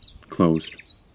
Closed